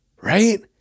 right